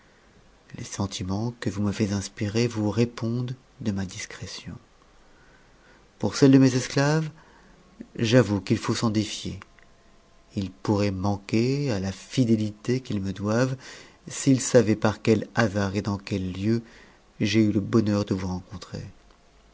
les sentiments que vous m'avez inspirés vous répondent de ma discrétion pour celle de mes esclaves j'avoue qu'il faut s'en défier ils pourraient manquer à la fidélité qu'ils me doivent s'ils savaient par quel hasard et dans quel lieu j'ai eu le bonheur de vous rencontrer